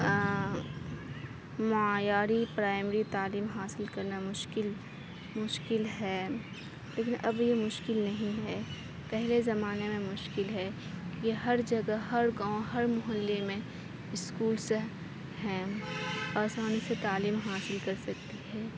معیاری پرائمری تعلیم حاصل کرنا مشکل مشکل ہے لیکن اب یہ مشکل نہیں ہے پہلے زمانے میں مشکل ہے کہ ہر جگہ ہر گاؤں ہر محلے میں اسکولس ہیں آسانی سے تعلیم حاصل کر سکتے ہیں